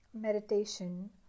meditation